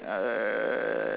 uh